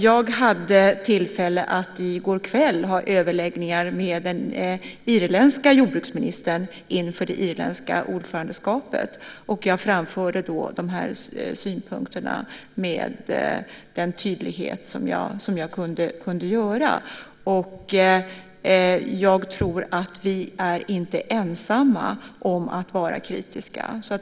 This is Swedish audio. Jag hade tillfälle att i går kväll ha överläggningar med den irländska jordbruksministern inför det irländska ordförandeskapet. Jag framförde då synpunkterna med den tydlighet som var möjlig. Jag tror inte att vi är ensamma om att vara kritiska.